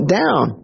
down